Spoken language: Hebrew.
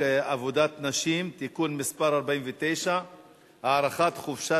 לתיקון פקודת הרוקחים (מס' 22)